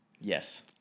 Yes